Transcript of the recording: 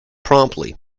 promptly